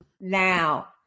Now